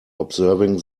observing